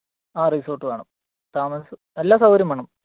ആ റിസോർട്ട് വേണം താമസം എല്ലാ സൌകര്യവും വേണം